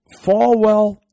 Falwell